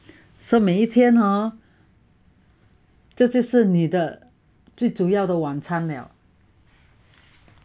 so 每天啊这这是你的最主要的晚餐了